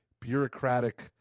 bureaucratic